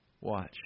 watch